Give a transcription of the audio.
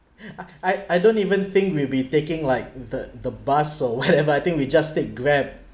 I I don't even think we'll be taking like the the bus or whatever I think we just take grab